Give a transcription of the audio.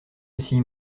aussi